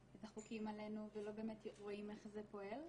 --- עלינו ולא באמת רואים איזה פועל.